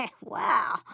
Wow